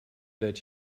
that